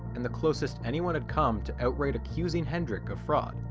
and the closest anyone had come to outright accusing hendrik of fraud.